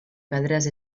pedres